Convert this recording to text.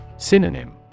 Synonym